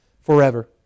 forever